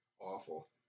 awful